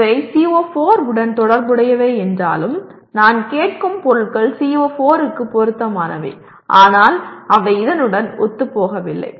இவை CO4 உடன் தொடர்புடையவை என்றாலும் நான் கேட்கும் பொருட்கள் CO4 க்கு பொருத்தமானவை ஆனால் அவை இதனுடன் ஒத்துப்போகவில்லை